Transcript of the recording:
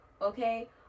okay